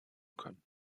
können